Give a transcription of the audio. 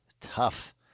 tough